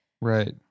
right